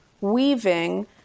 weaving